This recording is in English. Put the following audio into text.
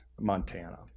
Montana